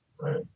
Right